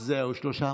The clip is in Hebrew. שלושה?